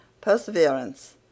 Perseverance